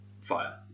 fire